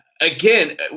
again